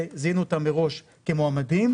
וזיהינו אותם מראש כמועמדים,